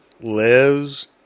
lives